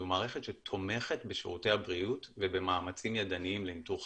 זו מערכת שתומכת בשירותי הבריאות ובמאמצים ידיים לאיתור לניטור.